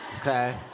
Okay